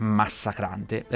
massacrante